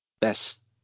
best